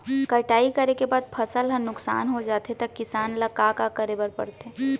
कटाई करे के बाद फसल ह नुकसान हो जाथे त किसान ल का करे बर पढ़थे?